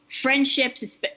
friendships